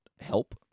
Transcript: help